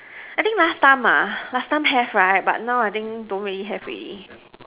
I think last time last time have right but now I think don't really have already